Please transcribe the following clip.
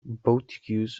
boutiques